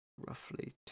Roughly